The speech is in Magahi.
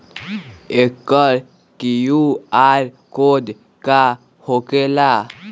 एकर कियु.आर कोड का होकेला?